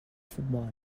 futbol